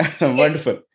Wonderful